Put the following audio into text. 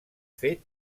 fer